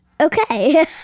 Okay